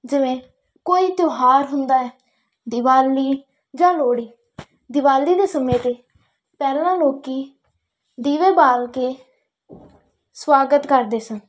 ਜਿਵੇਂ ਕੋਈ ਤਿਉਹਾਰ ਹੁੰਦਾ ਹੈ ਦੀਵਾਲੀ ਜਾਂ ਲੋਹੜੀ ਦਿਵਾਲੀ ਦੇ ਸਮੇਂ ਦੀ ਪਹਿਲਾਂ ਲੋਕ ਦੀਵੇ ਬਾਲ ਕੇ ਸਵਾਗਤ ਕਰਦੇ ਸਨ